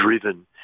driven